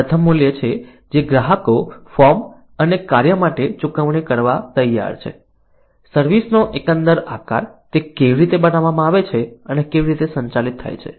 પ્રથમ મૂલ્ય છે જે ગ્રાહકો ફોર્મ અને કાર્ય માટે ચૂકવણી કરવા તૈયાર છે સર્વિસ નો એકંદર આકાર તે કેવી રીતે બનાવવામાં આવે છે અને તે કેવી રીતે સંચાલિત થાય છે